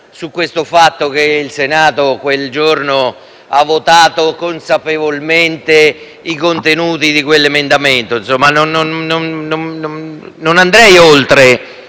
sul fatto che il Senato quel giorno ha votato consapevolmente i contenuti di quell'emendamento; non andrei oltre